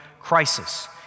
crisis